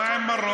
מה עם מרוקו?